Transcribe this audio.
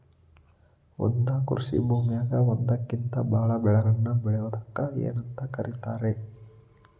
ಒಂದೇ ಕೃಷಿ ಭೂಮಿದಾಗ ಒಂದಕ್ಕಿಂತ ಭಾಳ ಬೆಳೆಗಳನ್ನ ಬೆಳೆಯುವುದಕ್ಕ ಏನಂತ ಕರಿತಾರೇ?